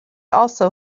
also